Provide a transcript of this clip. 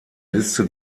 liste